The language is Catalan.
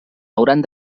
hauran